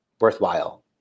worthwhile